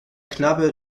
knabe